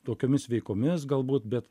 tokiomis veikomis galbūt bet